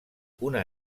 una